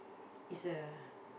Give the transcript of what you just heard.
is a